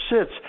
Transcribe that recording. sits